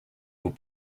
vous